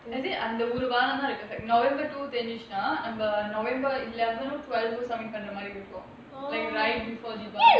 as in அந்த ஒரு வாரம் தான் இருக்கு:antha oru vaaram thaan irukku november two finish november eleven or twelve submit பண்ற மாதிரி இருக்கும்:pandra maathiri irukkum like right before deepavali